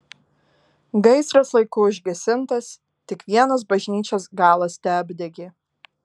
gaisras laiku užgesintas tik vienas bažnyčios galas teapdegė